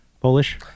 Polish